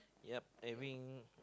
yup having